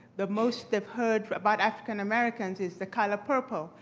the most they've heard about african americans, is the color purple.